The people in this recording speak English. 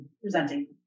presenting